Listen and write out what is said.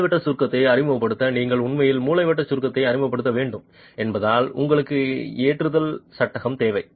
மூலைவிட்ட சுருக்கத்தை அறிமுகப்படுத்த நீங்கள் உண்மையில் மூலைவிட்ட சுருக்கத்தை அறிமுகப்படுத்த வேண்டும் என்பதால் உங்களுக்கு ஏற்றுதல் சட்டகம் தேவை